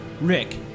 Rick